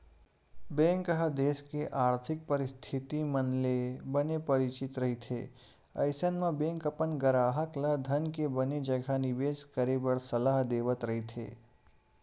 bank ह देस के आरथिक परिस्थिति मन ले बने परिचित रहिथे अइसन म बेंक अपन गराहक ल धन के बने जघा निबेस करे बर सलाह देवत रहिथे